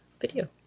video